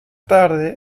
tarde